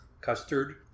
Custard